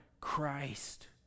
Christ